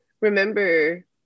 remember